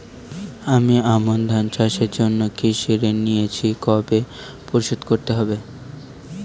আমি আমন ধান চাষের জন্য কৃষি ঋণ নিয়েছি কবে পরিশোধ করতে হবে?